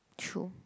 true